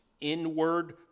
inward